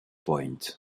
point